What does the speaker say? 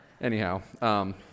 anyhow